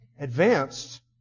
Advanced